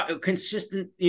consistent